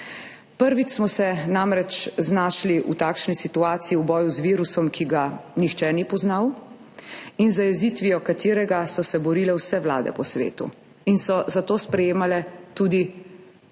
Prvič smo se namreč znašli v takšni situaciji, v boju z virusom, ki ga nihče ni poznal in z zajezitvijo katerega so se borile vse vlade po svetu in so zato sprejemale tudi